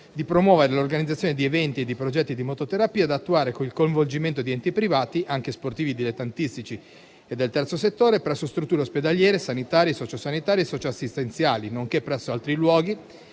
di promuovere l'organizzazione di eventi e di progetti di mototerapia, da attuare con il coinvolgimento di enti privati, anche sportivi dilettantistici e del terzo settore, presso strutture ospedaliere, sanitarie, sociosanitarie e socioassistenziali, nonché presso altri luoghi